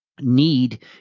need